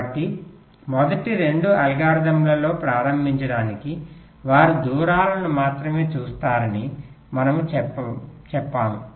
కాబట్టి మొదటి 2 అల్గారిథమ్లతో ప్రారంభించడానికి వారు దూరాలను మాత్రమే చూస్తారని మనము చెప్పాము